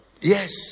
Yes